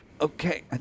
Okay